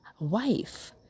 wife